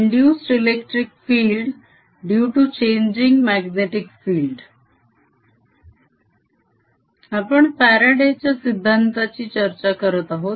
induced electric field due to changing magnetic field आपण फ्यारडेच्या सिद्धांताची चर्चा करत आहोत